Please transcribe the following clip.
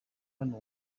hano